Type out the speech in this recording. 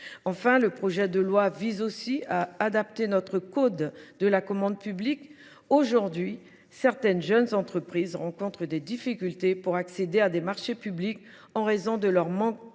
Enfin, le projet de loi adapte également notre code de la commande publique. Actuellement, certaines jeunes entreprises rencontrent des difficultés pour accéder à des marchés publics en raison de leur manque de